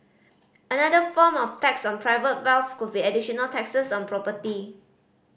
another form of tax on private wealth could be additional taxes on property